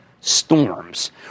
storms